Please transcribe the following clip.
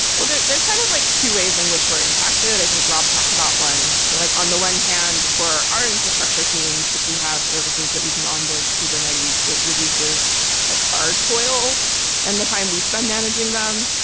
well, there's there's kind of like two ways in which we're impacted. i think rob talked about one. so like on the one hand, for our infrastructure teams, if we have services that we can onboard to kubernetes, it reduces like our toil and the time we spend managing them.